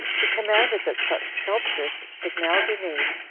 he commanded that such sculptures should now be made,